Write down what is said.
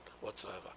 whatsoever